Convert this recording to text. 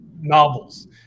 novels